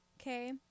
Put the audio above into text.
okay